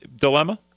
dilemma